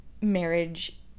marriage